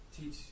teach